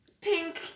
pink